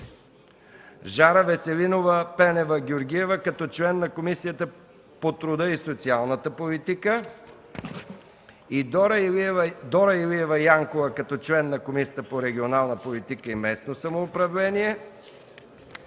Жара Веселинова Пенева-Георгиева като член на Комисията по труда и социалната политика, Дора Илиева Янкова като член на Комисията по регионална политика и местно самоуправление